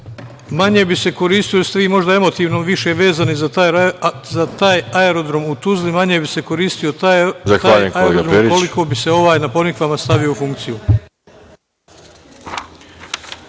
Manje bi se koristio jer ste vi možda emotivno više vezani za taj aerodrom u Tuzli, manje bi se koristio taj aerodrom, koliko bi se ovaj na Ponikvama stavio u funkciju.